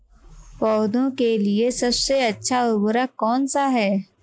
पौधों के लिए सबसे अच्छा उर्वरक कौनसा हैं?